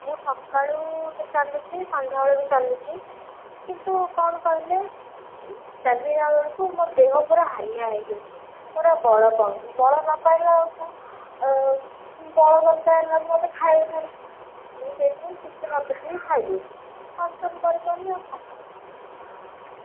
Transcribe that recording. ମୁଁ ସକାଳୁ ଚାଲୁଛି ସନ୍ଧ୍ୟାବେଳେ ବି ଚାଲୁଛି କିନ୍ତୁ କ'ଣ କହିଲେ ଚାଲିଲାବେଳକୁ ମୋ ଦେହ ପୁରା ହାଲିଆ ହେଇଯାଉଛି ମୋର ବଳ ପାଉନି ବଳ ନ ପାଇଲା ବେଳକୁ ବଳ ନ ପାଇଲା ବେଳକୁ ମୋତେ ଖାଇବାକୁ ପଡ଼ୁଛି ମୁଁ ସେଥିପାଇଁ କିଛି ନଦେଖିକି ଖାଇ ଦେଉଛି କଣ୍ଟ୍ରୋଲ କରି ପାରୁନି ଆଉ କ'ଣ କରାଯିବ କୁହ